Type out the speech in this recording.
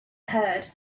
heard